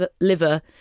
liver